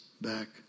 back